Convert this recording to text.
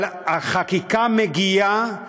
אבל החקיקה מגיעה